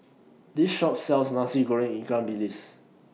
This Shop sells Nasi Goreng Ikan Bilis